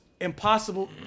impossible